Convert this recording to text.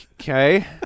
Okay